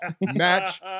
match